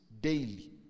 daily